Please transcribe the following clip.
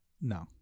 No